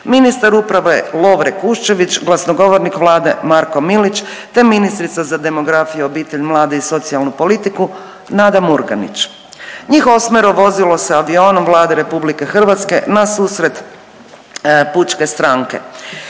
ministar uprave Lovre Kuščević, glasnogovornik Vlade Marko Milić, te ministrica za demografiju, obitelj, mlade i socijalnu politiku Nada Murganić. Njih 8-ero vozilo se avionom Vlade RH na susret Pučke stranke.